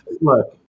Look